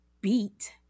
beat